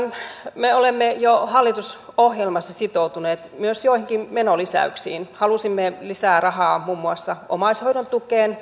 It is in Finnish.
me olemme jo hallitusohjelmassa sitoutuneet myös joihinkin menolisäyksiin halusimme lisää rahaa muun muassa omaishoidon tukeen